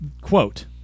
quote